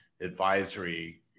advisory